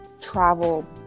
travel